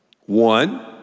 One